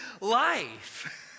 life